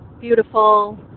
beautiful